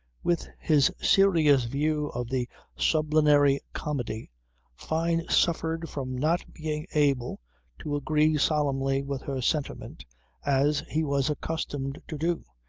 with his serious view of the sublunary comedy fyne suffered from not being able to agree solemnly with her sentiment as he was accustomed to do,